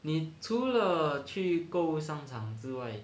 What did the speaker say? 你除了去购物商场之外